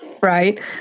Right